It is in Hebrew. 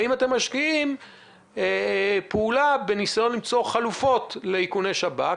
והאם אתם משקיעים פעולה בניסיון למצוא חלופות לאיכוני שב"כ?